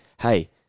Hey